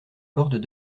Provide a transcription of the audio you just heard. hordes